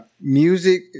music